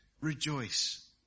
rejoice